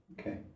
okay